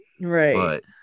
Right